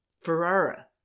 Ferrara